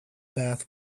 bath